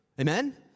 Amen